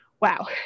wow